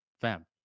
Fam